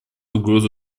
угрозу